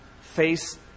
face